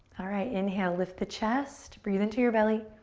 alright, inhale, lift the chest. breathe into your belly.